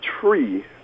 tree